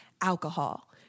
alcohol